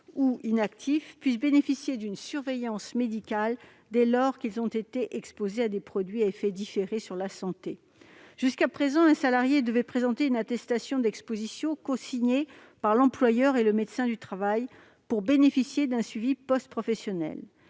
ou inactifs puissent bénéficier d'une surveillance médicale, dès lors qu'ils ont été exposés à des produits à effets différés sur la santé. Jusqu'à présent, un salarié devait présenter une attestation d'exposition cosignée par l'employeur et le médecin du travail pour bénéficier d'un suivi post-professionnel.